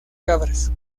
cabras